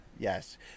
Yes